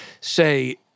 say